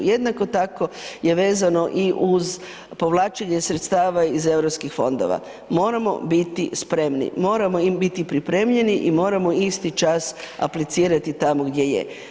Jednako tako je vezano i uz povlačenje sredstava iz europskih fondova, moramo biti spremni, moramo biti pripremljeni i moramo isti čas aplicirati tamo gdje je.